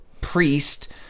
priest